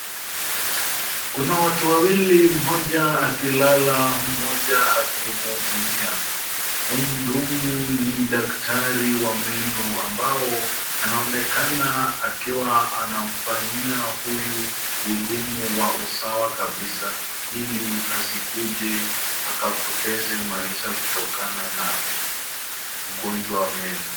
Kuna watu wawili, mmoja akilala, mmoja akimuhudumia. Mhudumu ni daktari wa meno ambao anaonekana akiwa anamfanyia huyu hudumu wa usawa kabisa ili asikuje akapoteze maisha kutokana na ugonjwa wa meno.